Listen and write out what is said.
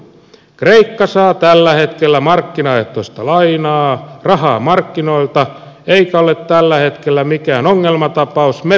kreikka saa tällä hetkellä markkinaehtoista rahaa markkinoilta eikä ole tällä hetkellä mikään ongelmatapaus me patosimme sen